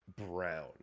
brown